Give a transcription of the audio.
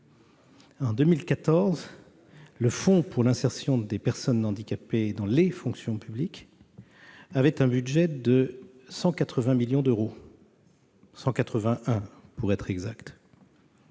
En 2014, le fonds pour l'insertion des personnes handicapées dans la fonction publique avait un budget de 181 millions d'euros. Il est